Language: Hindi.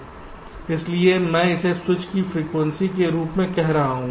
इसलिए मैं इसे स्विच की फ्रीक्वेंसी के रूप में कह रहा हूं